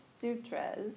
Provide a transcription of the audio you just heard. sutras